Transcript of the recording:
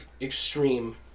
extreme